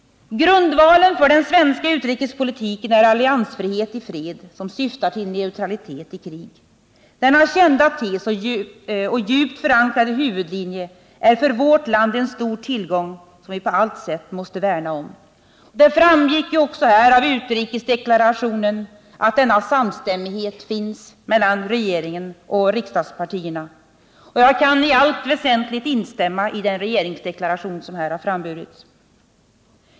Grundvalen för den svenska utrikespolitiken är alliansfrihet i fred som syftar till neutralitet i krig. Denna kända tes och djupt förankrade huvudlinje är för vårt land en stor tillgång som vi på allt sätt måste värna om. Det framgick ju också av utrikesdeklarationen att denna samstämmighet finns mellan regeringen och riksdagspartierna, och jag kan i allt väsentligt instämma i den regeringsdeklaration som här har framburits.